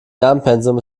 lernpensum